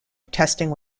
testing